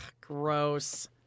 Gross